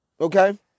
Okay